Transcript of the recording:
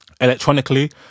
electronically